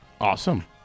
awesome